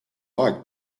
aeg